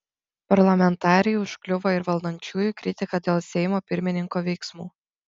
parlamentarei užkliuvo ir valdančiųjų kritika dėl seimo pirmininko veiksmų